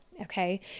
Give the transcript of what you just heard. okay